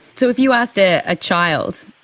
so if you asked a ah child,